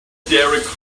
derek